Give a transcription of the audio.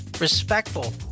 respectful